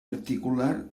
articular